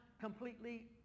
completely